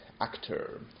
actor